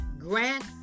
Grant